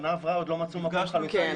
שנה עברה ועוד לא מצאו מקום